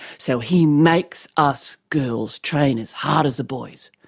so he makes us girls train as hard as the boys.